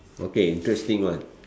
okay interesting one